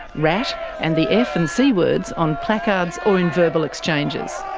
rat and the f and c words on placards or in verbal exchanges.